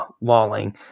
Walling